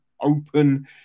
open